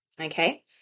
okay